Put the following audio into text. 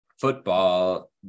football